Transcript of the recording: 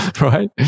right